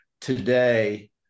today